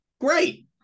Great